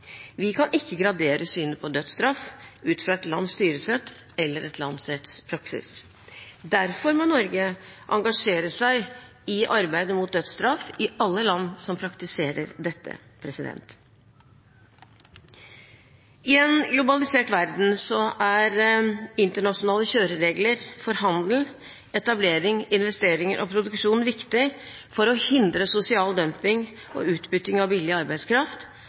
Vi kan ikke gradere synet på dødsstraff ut fra et lands styresett eller et lands rettspraksis. Derfor må Norge engasjere seg i arbeidet mot dødsstraff i alle land som praktiserer dette. I en globalisert verden er internasjonale kjøreregler for handel, etablering, investeringer og produksjon viktig for å hindre sosial dumping og utbytting av billig arbeidskraft,